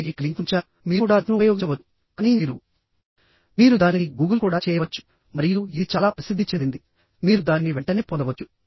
నేను ఇక్కడ లింక్ను ఉంచాను మీరు కూడా లింక్ను ఉపయోగించవచ్చు కానీ మీరు మీరు దానిని గూగుల్ కూడా చేయవచ్చు మరియు ఇది చాలా ప్రసిద్ధి చెందింది మీరు దానిని వెంటనే పొందవచ్చు